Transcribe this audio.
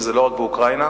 הבחנה.